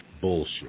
bullshit